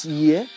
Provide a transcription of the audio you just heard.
year